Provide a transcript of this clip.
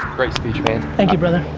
great speech, man. thank you, brother.